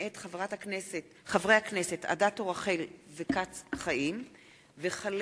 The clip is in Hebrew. מאת חברי הכנסת רחל אדטו וחיים כץ,